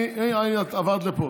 הינה, את עברת לפה.